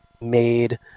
made